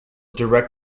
direct